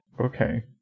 Okay